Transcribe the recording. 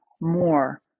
more